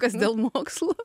kas dėl mokslų